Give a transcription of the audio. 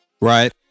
Right